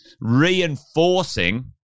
reinforcing